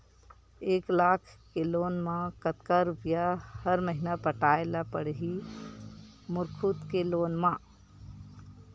एक लाख के लोन मा कतका रुपिया हर महीना पटाय ला पढ़ही मोर खुद ले लोन मा?